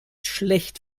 schlecht